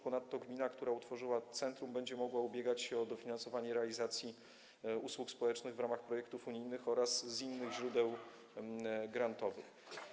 Ponadto gmina, która utworzyła centrum, będzie mogła ubiegać się o dofinansowanie realizacji usług społecznych w ramach projektów unijnych oraz z innych źródeł grantowych.